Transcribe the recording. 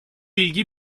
ilgi